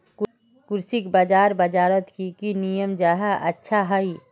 कृषि बाजार बजारोत की की नियम जाहा अच्छा हाई?